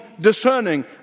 discerning